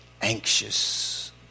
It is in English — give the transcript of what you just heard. anxious